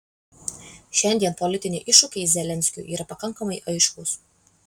šiandien politiniai iššūkiai zelenskiui yra pakankamai aiškūs